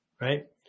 Right